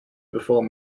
before